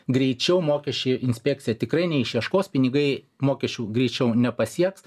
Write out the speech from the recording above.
greičiau mokesčių inspekcija tikrai neišieškos pinigai mokesčių greičiau nepasieks